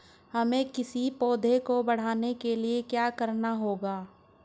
हमें किसी पौधे को बढ़ाने के लिये क्या करना होगा?